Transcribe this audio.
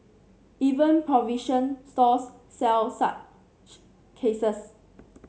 even provision stores sell such cases